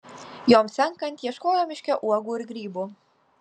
joms senkant ieškojo miške uogų ir grybų